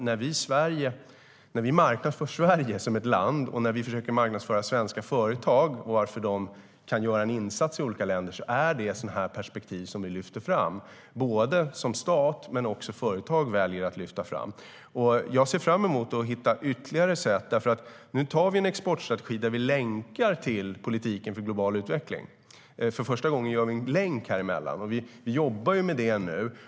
När vi i olika länder marknadsför Sverige och svenska företag och vilken insats de kan göra är det sådana här perspektiv både vi och företagen lyfter fram. Jag ser fram emot att hitta ytterligare sätt. Nu tar vi fram en exportstrategi där vi för första gången länkar till politik för global utveckling.